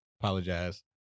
apologize